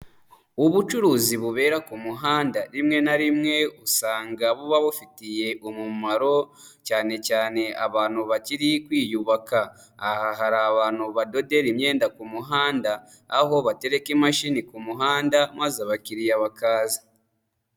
Ubucuruzi bubera ku muhanda rimwe na rimwe usanga buba bufitiye umumaro cyane cyane abantu bakiri kwiyubaka. Aha hari abantu badodera imyenda ku muhanda, aho batereka imashini ku muhanda maze abakiriya bakaza.